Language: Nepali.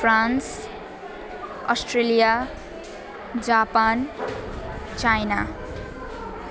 France Australia Japan China